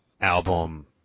album